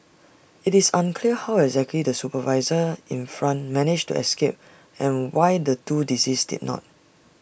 IT is unclear how exactly the supervisor in front managed to escape and why the two deceased did not